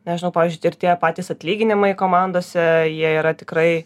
nežinau pavyzdžiui ir tie patys atlyginimai komandose jie yra tikrai